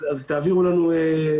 אז תעבירו לנו,